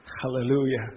Hallelujah